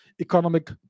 economic